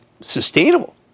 sustainable